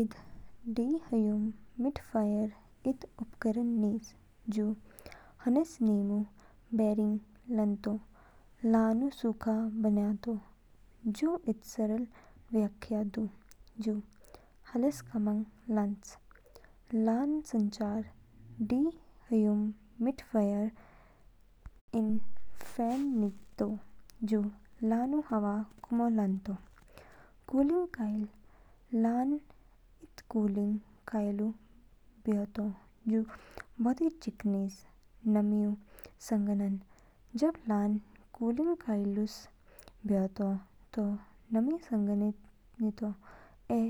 इद dehumidifier इद उपकरण निज जू हानिस नमीऊ बैरिंग लानतो लानू सूखा बन्यातो। जू इद सरल व्याख्या दू जू हाला कामंग लान्च। लानू संचार डीह्यूमिडिफ़ायर इन फैन नितो जू लानू हवा कुमो लानतो। कूलिंग कॉइल लान इद कूलिंग कॉइलओ बयोतो जू बोदी चीक निज। नमीऊ संघनन जब लान कूलिंग कॉइलइस बयोतो, तो नमी संघनित नितो ऐ